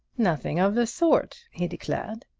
nothing of the sort! he declared.